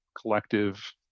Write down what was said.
collective